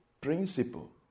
principle